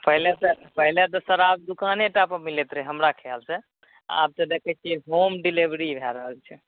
पहिले तऽ पहिले तऽ शराब दुकाने टा पर मिलैत रहय हमरा ख्यालसँ आब तऽ देखय छियै होम डिलिवरी भए रहल छै